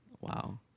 wow